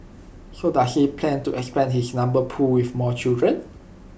so does he plan to expand his number pool with more children